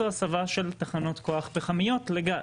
זה הסבה של תחנות כוח פחמיות לגז.